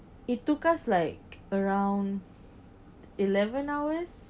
it took us like around eleven hours